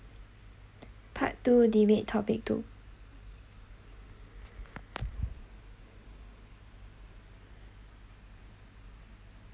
part two debate topic two